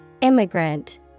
Immigrant